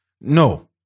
No